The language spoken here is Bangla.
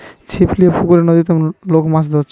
ছিপ লিয়ে পুকুরে, নদীতে লোক মাছ ধরছে